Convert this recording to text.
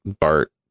BART